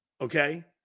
okay